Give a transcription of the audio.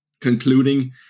concluding